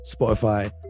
spotify